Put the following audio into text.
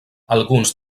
alguns